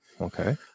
Okay